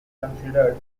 considered